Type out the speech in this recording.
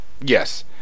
yes